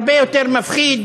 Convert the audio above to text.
הרבה יותר מפחיד,